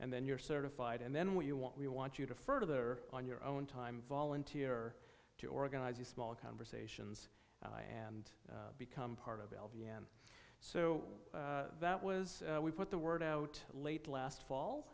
and then you're certified and then what you want we want you to further on your own time volunteer to organize the small conversations and become part of l d n so that was we put the word out late last fall